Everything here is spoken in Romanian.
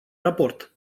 raport